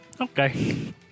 Okay